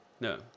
no